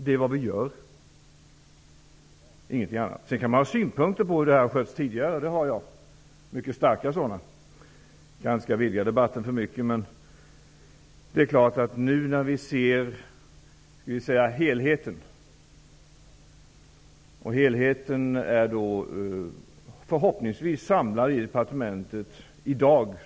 Det gör vi, ingenting annat. Man kan ha synpunkter på hur detta har skötts tidigare. Jag har mycket starka sådana. Jag kanske inte skall vidga debatten för mycket, men jag vill tala om att departementet i dag för första gången under hela denna process förhoppningsvis har en helhetsbild.